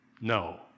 No